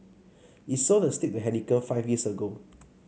it sold the stake to Heineken five years ago